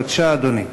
בבקשה, אדוני.